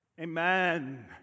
amen